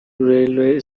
railway